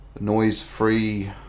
noise-free